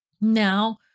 Now